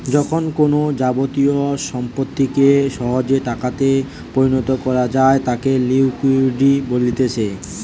যখন কোনো যাবতীয় সম্পত্তিকে সহজে টাকাতে পরিণত করা যায় তাকে লিকুইডিটি বলতিছে